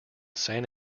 san